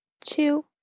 two